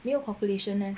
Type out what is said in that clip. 没有 calculation eh